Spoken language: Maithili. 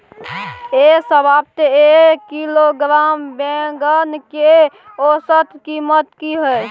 ऐ सप्ताह एक किलोग्राम बैंगन के औसत कीमत कि हय?